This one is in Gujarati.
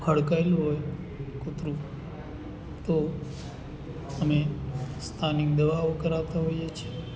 હડકાયેલું હોય કૂતરું તો અમે સ્થાનિક દવાઓ કરાવતાં હોઈએ છે